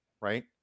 Right